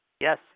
Yes